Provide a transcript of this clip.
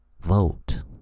vote